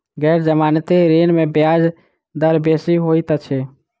गैर जमानती ऋण में ब्याज दर बेसी होइत अछि